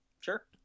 Sure